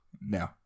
No